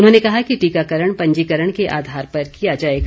उन्होंने कहा कि टीकाकरण पंजीकरण के आधार पर किया जाएगा